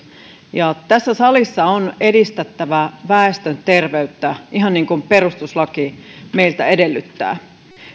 tässä salissa on edistettävä väestön terveyttä ihan niin kuin perustuslaki meiltä edellyttää